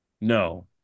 No